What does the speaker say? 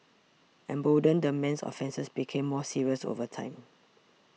emboldened the man's offences became more serious over time